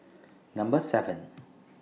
Number seven